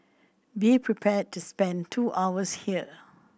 be prepared to spend two hours here